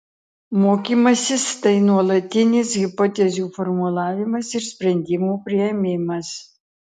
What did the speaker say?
mokymasis tai nuolatinis hipotezių formulavimas ir sprendimų priėmimas